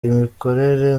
imikorere